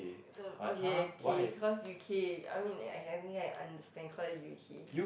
the okay okay cause U_K I mean I can think I understand cause U_K